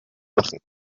machen